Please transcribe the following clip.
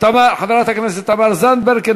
חברת הכנסת תמר זנדברג,